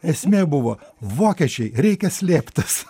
esmė buvo vokiečiai reikia slėptis